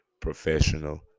professional